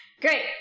Great